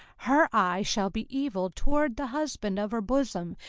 her eye shall be evil toward the husband of her bosom,